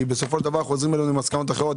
כי חוזרים אלינו עם מסקנות אחרות.